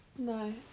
No